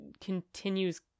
continues